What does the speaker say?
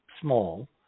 small